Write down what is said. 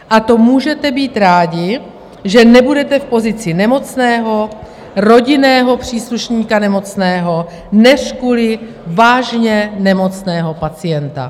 A to můžete být rádi, že nebudete v pozici nemocného, rodinného příslušníka nemocného, neřkuli vážně nemocného pacienta.